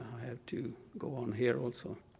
have to go on here also.